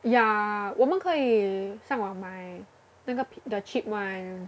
yeah 我们可以上网买那个 the cheap [one]